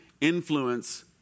influence